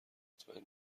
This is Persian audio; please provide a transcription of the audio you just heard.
مطمئن